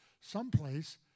someplace